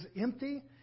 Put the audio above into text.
empty